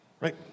Right